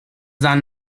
done